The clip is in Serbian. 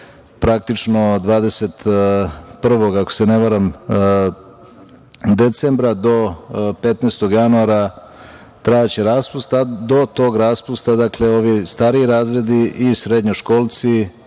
ako se ne varam, do 15. januara trajaće raspust, a do tog raspusta ovi stariji razredi i srednjoškolci